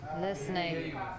Listening